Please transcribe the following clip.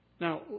Now